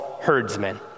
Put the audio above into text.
herdsmen